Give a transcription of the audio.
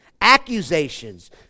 Accusations